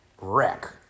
wreck